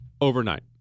overnight